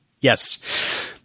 Yes